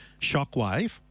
shockwave